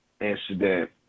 incident